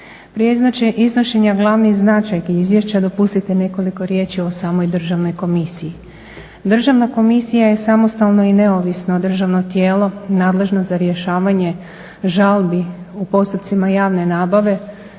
Prije iznošenja glavnih značajki izvješća dopustite nekoliko riječi o samoj Državnoj komisiji. Državna komisija je samostalno i neovisno državno tijelo nadležno za rješavanje žalbi u postupcima javne nabave,